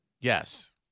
Yes